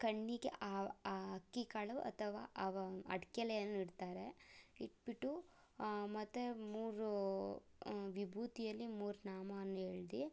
ಕಣ್ಣಿಗೆ ಆ ಆ ಅಕ್ಕಿ ಕಾಳು ಅಥವಾ ಅವ ಅಡಕೆಲೆಯನ್ನು ಇಡ್ತಾರೆ ಇಟ್ಬಿಟ್ಟು ಮತ್ತೆ ಮೂರು ವಿಭೂತಿಯಲ್ಲಿ ಮೂರು ನಾಮವನ್ನು ಎಳ್ದು